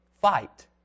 fight